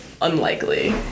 unlikely